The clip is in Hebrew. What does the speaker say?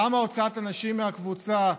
למה הוצאת אנשים מהקבוצה: